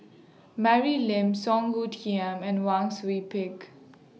Mary Lim Song Hoot Tiam and Wang Sui Pick